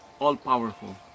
all-powerful